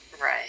right